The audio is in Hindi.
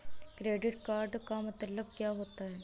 क्रेडिट का मतलब क्या होता है?